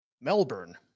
Melbourne